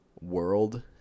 world